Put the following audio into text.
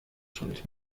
schuld